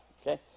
Okay